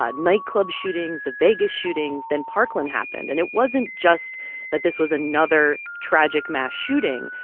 ah nightclub shootings, the vegas shootings. then parkland happened. and it wasn't just that this was another tragic mass shooting.